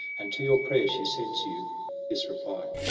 and to your prayer she sends you this reply